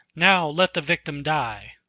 now let the victim die!